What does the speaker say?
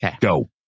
Go